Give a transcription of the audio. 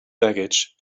baggage